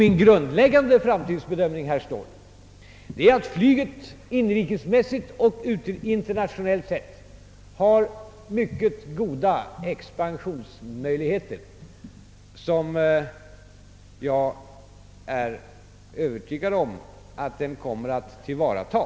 Min grundläggande framtidsbedömning, herr Ståhl, är att flyget inrikesmässigt och internationellt sett har mycket goda expansionsmöjligheter, vilka jag är övertygad om att den kommer att tillvarata.